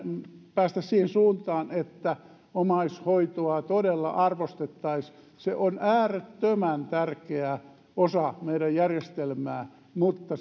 suuntaan että omaishoitoa todella arvostettaisiin se on äärettömän tärkeä osa meidän järjestelmäämme mutta